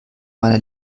meiner